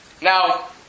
Now